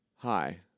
Hi